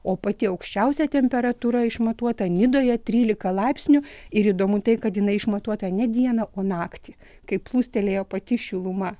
o pati aukščiausia temperatūra išmatuota nidoje trylika laipsnių ir įdomu tai kad jinai išmatuota ne dieną o naktį kai plūstelėjo pati šiluma